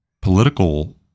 political